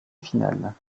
finales